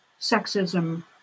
sexism